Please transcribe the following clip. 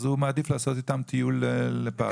אז הוא מעדיף לעשות איתם טיול --- וככה